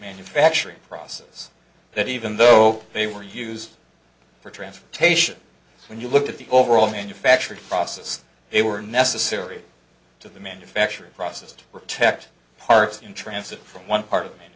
manufacturing processes that even though they were used for transportation when you look at the overall manufacturing process they were necessary to the manufacturing process to protect parts in transit from one part of